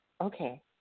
Okay